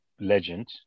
legend